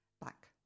back